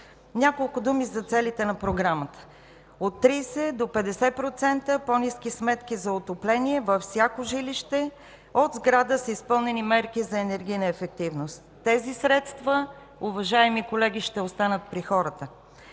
Няколко думи за целите на програмата. От 30 до 50% по-ниски сметки за отопление във всяко жилище от сграда с изпълнени мерки за енергийна ефективност. Тези средства, уважаеми колеги, ще останат при хората.